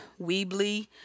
Weebly